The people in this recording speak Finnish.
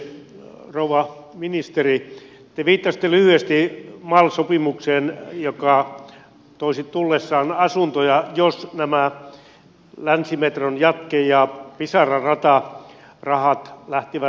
rouva ministeri te viittasitte lyhyesti mal sopimukseen joka toisi tullessaan asuntoja jos nämä länsimetron jatke ja pisara ratarahat lähtevät liikkeelle